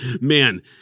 man